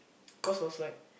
cause was like